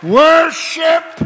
worship